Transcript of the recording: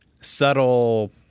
subtle